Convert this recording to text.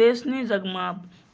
तेसनी जगमा